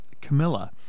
Camilla